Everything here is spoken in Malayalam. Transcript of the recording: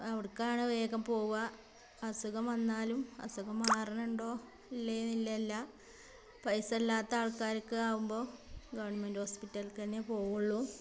അവിടുക്കാണ് വേഗം പോകുക അസുഖം വന്നാലും അസുഖം മാറുന്നുണ്ടോ ഇല്ലേന്നല്ല അല്ല പൈസയില്ലാത്ത ആൾക്കാർക്ക് ആകുമ്പോൾ ഗെവൺമെൻറ്റ്റ് ഹോസ്പിറ്റൽക്ക്ന്നെ പോകുള്ളൂ